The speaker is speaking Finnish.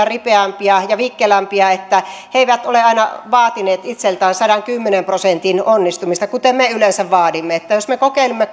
ripeämpiä ja vikkelämpiä että he eivät ole aina vaatineet itseltään sadankymmenen prosentin onnistumista kuten me yleensä vaadimme jos me kokeilimme